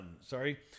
sorry